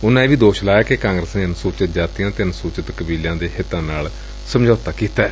ਉਨਾ ਇਹ ਵੀ ਦੋਸ਼ ਲਾਇਆ ਕਿ ਕਾਗਰਸ ਨੇ ਅਨੁਸੁੱਚਿਤ ਜਾਤੀਆ ਤੇ ਅਨੁਸੁਚਿਤ ਕਬੀਲਿਆਂ ਦੇ ਹਿੱਤਾਂ ਨਾਲ ਸਮਝੌਤਾ ਕੀਤੈ